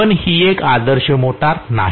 पण हि एक आदर्श मोटर नाही